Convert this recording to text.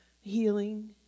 healing